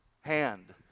hand